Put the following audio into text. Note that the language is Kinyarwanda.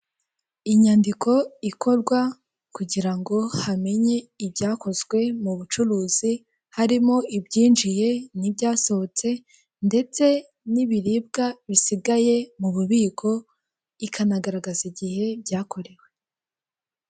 Inyandiko ikorwa kugira ngo hamenye ibyakozwe mu bucuruzi harimo ibyinjiye n'ibyasohotse ndetse n'ibiribwa bisigaye mu bubiko ikanagaragaza igihe byakorewe.